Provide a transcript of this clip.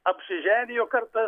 apsiženijo kartą